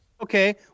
Okay